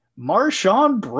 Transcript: Marshawn